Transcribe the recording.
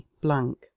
blank